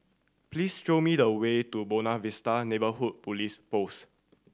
please show me the way to Buona Vista Neighbourhood Police Post